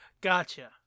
gotcha